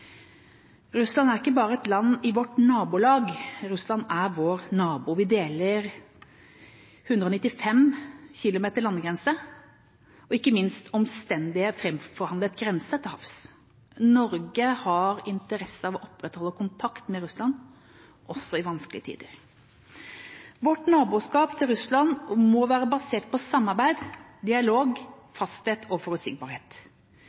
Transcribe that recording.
Russland er ikke bare et land i vårt nabolag. Russland er vår nabo. Vi deler 195 km landegrense, og ikke minst deler vi en omstendelig framforhandlet grense til havs. Norge har interesse av å opprettholde kontakt med Russland, også i vanskelige tider. Vårt naboskap med Russland må være basert på samarbeid, dialog, fasthet og forutsigbarhet.